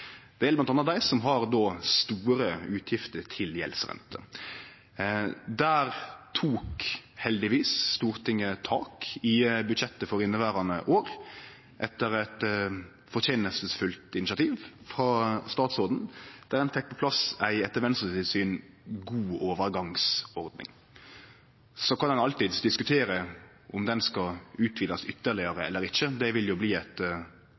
Det gjeld m.a. dei som har store utgifter til gjeldsrenter. Der tok heldigvis Stortinget tak i budsjettet for inneverande år etter eit fortenestfullt initiativ frå statsråden, der ein fekk på plass ei etter Venstre sitt syn god overgangsordning. Så kan ein alltid diskutere om ho skal utvidast ytterlegare eller ikkje. Det vil jo bli eit